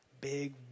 big